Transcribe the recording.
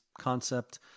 concept